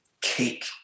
cake